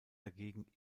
dagegen